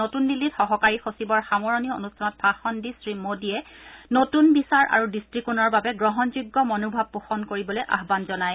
নতুন দিল্লীত সহকাৰী সচিবৰ সামৰণি অনুষ্ঠানত ভাষণ দি শ্ৰীমোডীয়ে নতুন বিচাৰ সংকল্পনা আৰু দৃষ্টিকোণৰ বাবে গ্ৰহণযোগ্য মনোভাৱ পোষণ কৰিবলৈ আহ্বান জনায়